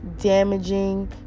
damaging